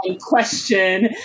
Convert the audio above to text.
question